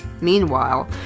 Meanwhile